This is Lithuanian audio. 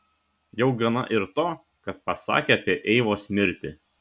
jau gana ir to kad pasakė apie eivos mirtį